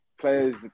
players